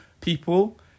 people